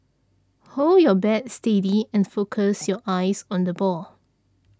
hold your bat steady and focus your eyes on the ball